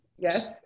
Yes